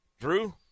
Drew